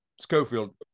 Schofield